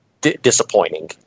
disappointing